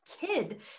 kid